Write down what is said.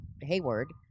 Hayward